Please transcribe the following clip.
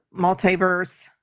multiverse